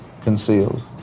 concealed